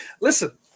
Listen